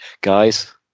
Guys